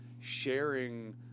sharing